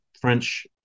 French